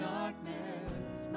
Darkness